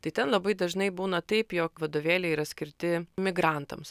tai ten labai dažnai būna taip jog vadovėliai yra skirti migrantams ar